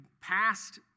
past